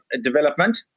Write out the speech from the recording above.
development